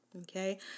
okay